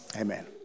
Amen